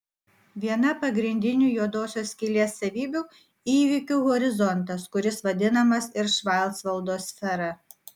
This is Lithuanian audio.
viena pagrindinių juodosios skylės savybių įvykių horizontas kuris vadinamas ir švarcvaldo sfera